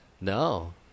No